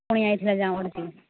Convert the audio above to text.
ପୁଣି ଆଇଥିଲା ଯାଁ ଅଡ଼ଛି